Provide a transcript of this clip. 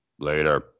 Later